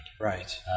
Right